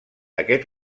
aquest